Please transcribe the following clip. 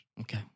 Okay